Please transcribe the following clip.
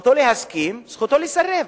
זכותו להסכים וזכותו לסרב.